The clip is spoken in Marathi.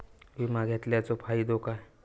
विमा घेतल्याचो फाईदो काय?